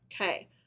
Okay